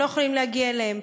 שהם לא יכולים להגיע אליהם,